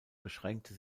beschränkte